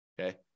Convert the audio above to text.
Okay